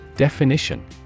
Definition